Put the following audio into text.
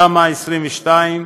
תמ"א 22,